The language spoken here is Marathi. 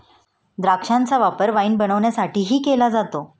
द्राक्षांचा वापर वाईन बनवण्यासाठीही केला जातो